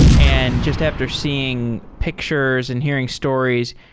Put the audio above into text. and just after seeing pictures and hearing stories,